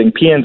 PNC